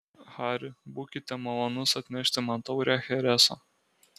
hari būkite malonus atnešti man taurę chereso